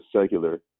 secular